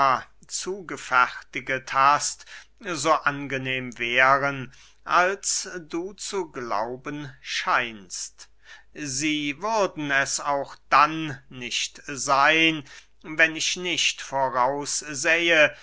zugefertiget hast so angenehm wären als du zu glauben scheinst sie würden es auch dann nicht seyn wenn ich nicht